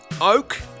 oak